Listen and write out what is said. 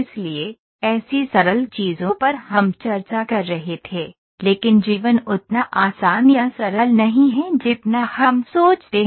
इसलिए ऐसी सरल चीजों पर हम चर्चा कर रहे थे लेकिन जीवन उतना आसान या सरल नहीं है जितना हम सोचते हैं